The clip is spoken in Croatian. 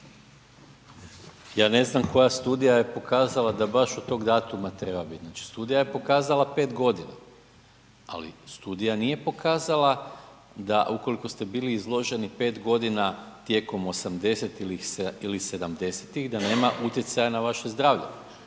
Ja ne znam koja studija je pokazala da baš od tog datuma treba bit, znači studija je pokazala 5.g., ali studija nije pokazala da ukoliko ste bili izloženi 5.g. tijekom '80.-tih ili '70.-tih da nema utjecaja na vaše zdravlje,